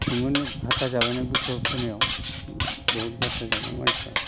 सेमोन हाता जावनानै दैखर फोनायाव बेयवहाय गाथा जाबाय मानसिफोरा